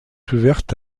ouverte